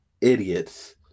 idiots